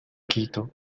quito